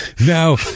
now